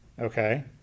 Okay